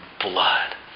blood